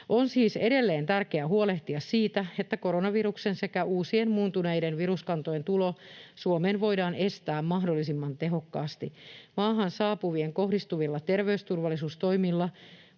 On siis edelleen tärkeää huolehtia siitä, että koronaviruksen sekä uusien muuntuneiden viruskantojen tulo Suomeen voidaan estää mahdollisimman tehokkaasti. Maahan saapuviin kohdistuvilla terveysturvallisuustoimilla